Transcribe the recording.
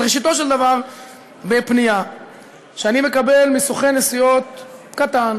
אז ראשיתו של דבר בפנייה שאני מקבל מסוכן נסיעות קטן,